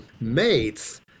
mates